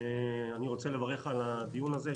אני רוצה לברך על הדיון הזה.